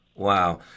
Wow